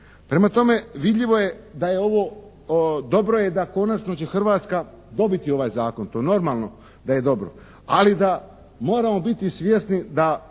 Prema tome, vidljivo je da je ovo, dobro je da konačno će Hrvatska dobiti ovaj zakon, to normalno da je dobro ali da moramo biti svjesni da